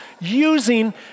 using